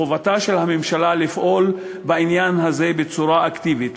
חובתה של הממשלה לפעול בעניין הזה בצורה אקטיבית,